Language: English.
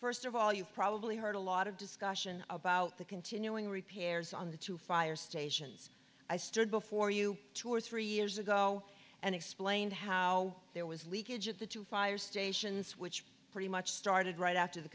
first of all you've probably heard a lot of discussion about the continuing repairs on the two fire stations i stood before you two or three years ago and explained how there was leakage at the two fire stations which pretty much started right after the